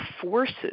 forces